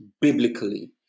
biblically